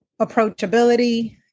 approachability